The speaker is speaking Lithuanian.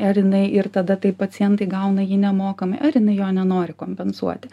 ar jinai ir tada taip pacientai gauna jį nemokamai ar jinai jo nenori kompensuoti